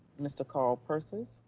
mr. carl persis?